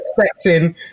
expecting